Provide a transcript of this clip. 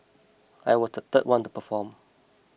I was the third one to perform